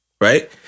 right